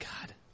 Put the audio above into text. God